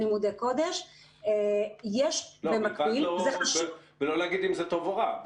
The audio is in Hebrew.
יש במקביל --- "בלבד" בלא להגיד אם זה טוב או רע.